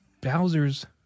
Bowser's